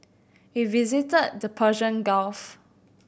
we visited the Persian Gulf